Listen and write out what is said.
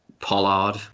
Pollard